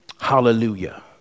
Hallelujah